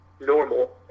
normal